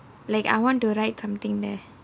like I want to write something there